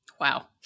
Wow